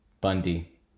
Bundy